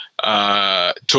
Talk